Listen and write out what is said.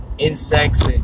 Insects